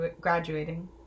graduating